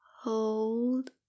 Hold